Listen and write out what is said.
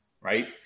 right